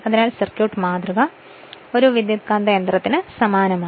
അതിനാൽ സർക്യൂട്ട് മാതൃക ഒരു ട്രാൻസ്ഫോർമറിന് സമാനമാണ്